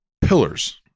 pillars